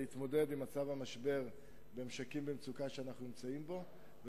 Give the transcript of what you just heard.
להתמודד עם המשבר שאנחנו נמצאים בו במשקים במצוקה,